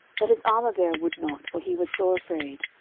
but his armourbearer would not for he was sore afraid.